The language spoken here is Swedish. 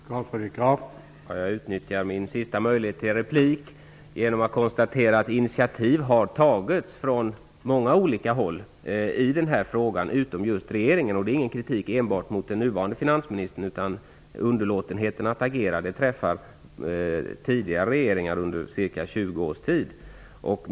Herr talman! Jag utnyttjar min sista möjlighet till replik genom att konstatera att initiativ har tagits från många olika håll i den här frågan. Det är bara regeringen som inte tagit något initiativ. Det är inte kritik enbart mot den nuvarande finansministern, utan den träffar även tidigare regeringar som under ca 20 år visat underlåtenhet att agera.